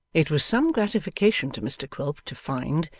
it was some gratification to mr quilp to find,